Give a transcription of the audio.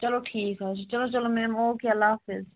چلو ٹھیٖک حظ چھُ چلو چلو میم اوکے اَللّٰہ حافِظ